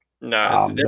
No